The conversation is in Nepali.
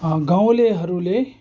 गाँउलेहरूले